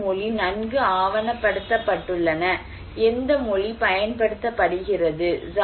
எந்த மொழி நன்கு ஆவணப்படுத்தப்பட்டுள்ளன எந்த மொழி பயன்படுத்தப்படுகிறது